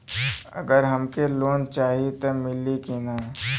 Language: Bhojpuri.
अगर हमके लोन चाही त मिली की ना?